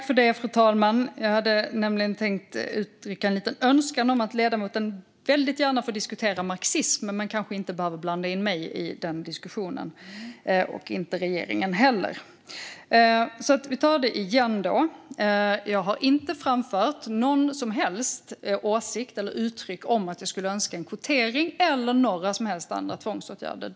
Fru talman! Jag hade också tänkt uttrycka en liten önskan om att ledamoten väldigt gärna får diskutera marxism men kanske inte behöver blanda in mig och regeringen i den diskussionen. Vi tar det igen: Jag har inte framfört eller uttryckt någon som helst åsikt om att jag skulle önska en kvotering eller några som helst andra tvångsåtgärder.